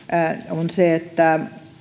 on se että